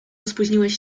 spóźniłeś